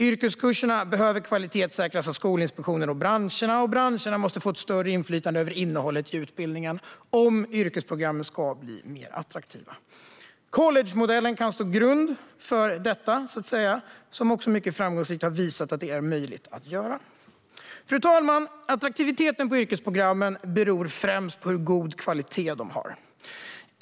Yrkeskurserna behöver kvalitetssäkras av Skolinspektionen och branscherna, och branscherna måste få ett större inflytande över innehållet i utbildningen om yrkesprogrammen ska bli mer attraktiva. Collegemodellen kan stå som grund för detta, så att säga, som mycket framgångsrikt har visat att detta är möjligt att göra. Fru talman! Attraktiviteten för yrkesprogrammen beror främst på hur god kvalitet de har.